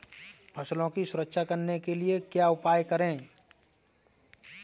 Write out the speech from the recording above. फसलों की सुरक्षा करने के लिए क्या उपाय करें?